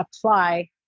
apply